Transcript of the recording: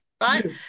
right